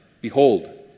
behold